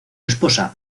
esposa